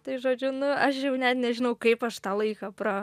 tai žodžiu nu aš jau net nežinau kaip aš tą laiką pra